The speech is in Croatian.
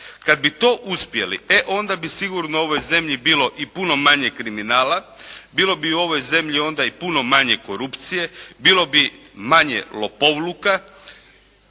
Kad bi to uspjeli e onda bi sigurno ovoj zemlji bilo i puno manje kriminala. Bilo bi u ovoj zemlji onda i puno manje korupcije, bilo bi manje lopovluka,